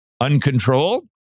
uncontrolled